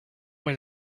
what